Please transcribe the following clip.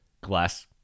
glass